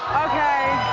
okay,